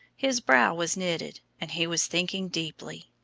his brow was knitted, and he was thinking deeply.